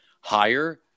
higher